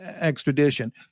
extradition